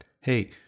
hey